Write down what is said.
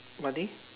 what thing